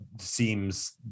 seems